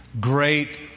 great